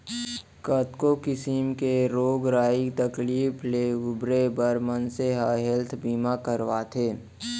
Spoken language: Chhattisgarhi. कतको किसिम के रोग राई तकलीफ ले उबरे बर मनसे ह हेल्थ बीमा करवाथे